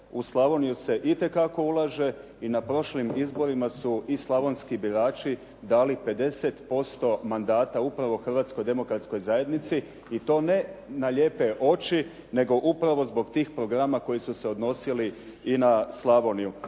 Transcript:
u Slavoniju se itekako ulaže i na prošlim izborima su i slavonski birači dali 50% mandata upravo Hrvatskoj demokratskoj zajednici i to ne na lijepe oči nego upravo zbog tih programa koji su se odnosili i na Slavoniju.